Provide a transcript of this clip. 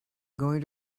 going